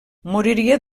moriria